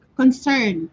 concern